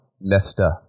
Leicester